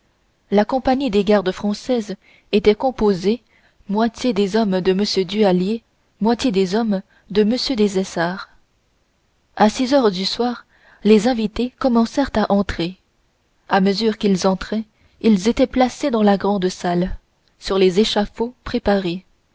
la compagnie des gardes françaises était composée moitié des hommes de m duhallier moitié des hommes de m des essarts à six heures du soir les invités commencèrent à entrer à mesure qu'ils entraient ils étaient placés dans la grande salle sur les échafauds préparés